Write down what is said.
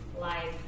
life